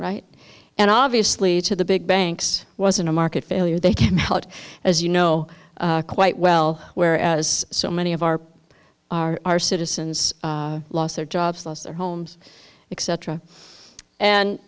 right and obviously to the big banks wasn't a market failure they came out as you know quite well whereas so many of our our our citizens lost their jobs lost their homes etc and